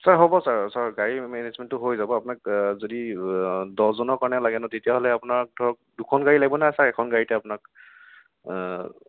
sir হ'ব sir sir গাড়ী মেনেজমেণ্টটো হৈ যাব আপোনাক যদি দহজনৰ কাৰণে লাগে ন তেতিয়াহ'লে আপোনাৰ ধৰক দুখন গাড়ী লাগিবনে ছাৰ এখন গাড়ীতে আপোনাক